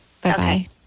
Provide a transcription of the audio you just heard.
Bye-bye